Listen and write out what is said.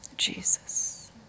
Jesus